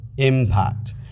Impact